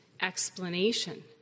explanation